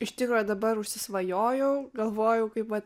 iš tikro dabar užsisvajojau galvojau kaip vat